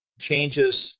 changes